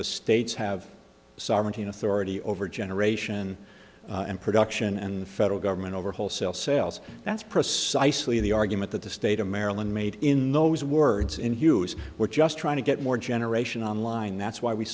the states have sovereignty and authority over generation and production and the federal government over wholesale sales that's precisely the argument that the state of maryland made in those words in hughes we're just trying to get more generation on line that's why we